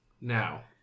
now